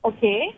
Okay